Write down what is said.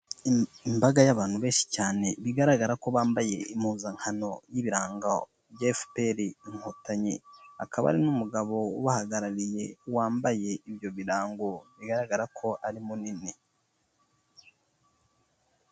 Imbaga y'abantu benshi cyane, bigaragara ko bambaye impuzankano y'ibirango bya FPR inkotanyi. Hakaba hari n'umugabo ubahagarariye wambaye ibyo birango, bigaragara ko ari munini.